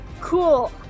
cool